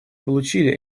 получили